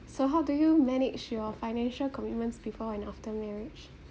so how do you manage your financial commitments before and after marriage